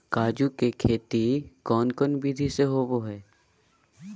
काजू के खेती कौन कौन विधि से होबो हय?